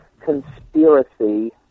conspiracy